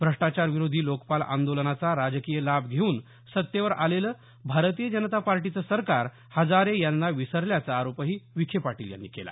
भ्रष्टाचार विरोधी लोकपाल आंदोलनाचा राजकीय लाभ घेऊन सत्तेवर आलेलं भारतीय जनता पार्टीचं सरकार हजारे यांना विसरल्याचा आरोपही विखेपाटील यांनी केला